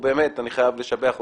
אני חייב לשבח אותך,